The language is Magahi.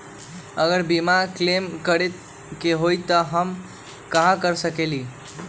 अगर बीमा क्लेम करे के होई त हम कहा कर सकेली?